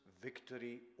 victory